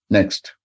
Next